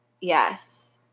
Yes